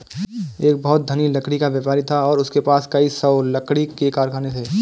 एक बहुत धनी लकड़ी का व्यापारी था और उसके पास कई सौ लकड़ी के कारखाने थे